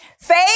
Faith